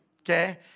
Okay